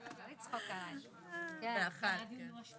ננעלה בשעה